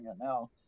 now